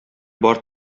бар